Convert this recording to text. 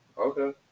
okay